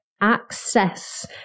access